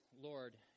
Lord